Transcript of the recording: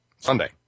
Sunday